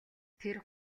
тэр